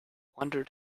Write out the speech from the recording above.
wondered